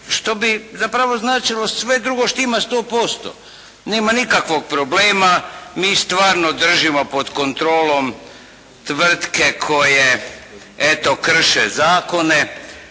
što bi zapravo značilo sve drugo štima 100%, nema nikakvog problema, mi stvarno držimo pod kontrolom tvrtke koje eto krše zakone